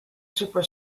super